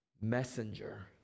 messenger